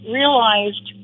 realized